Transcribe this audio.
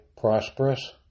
prosperous